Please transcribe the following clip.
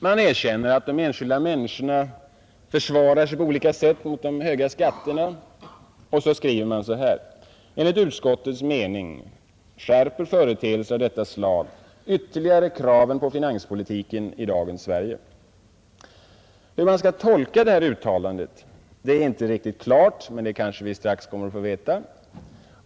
Man erkänner att de enskilda människorna försvarar sig på olika sätt mot de höga skatterna, och så skriver man: ”Enligt utskottets mening skärper företeelser av detta slag ytterligare kraven på finanspolitiken i dagens Sverige.” Hur man skall tolka detta uttalande är inte riktigt klart, men det kanske vi snart kommer att få veta.